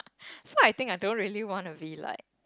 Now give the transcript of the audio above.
so like I think I don't really wanna be like